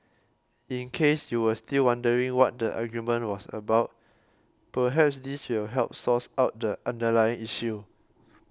in case you were still wondering what the argument was about perhaps this will help source out the underlying issue